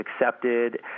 accepted